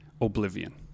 Oblivion